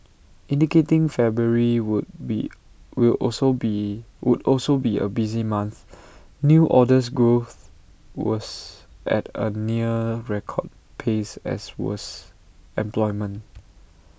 indicating February would be will also be would also be A busy month new orders growth was at A near record pace as was employment